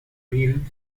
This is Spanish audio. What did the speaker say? bill